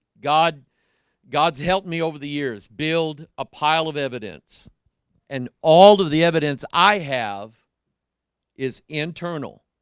god god's helped me over the years build a pile of evidence and all of the evidence i have is internal